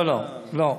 לא, לא.